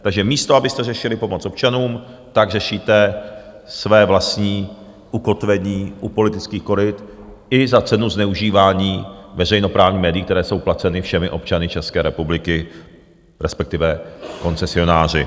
Takže místo abyste řešili pomoc občanům, tak řešíte své vlastní ukotvení u politických koryt i za cenu zneužívání veřejnoprávních médií, která jsou placena všemi občany České republiky, respektive koncesionáři.